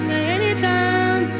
Anytime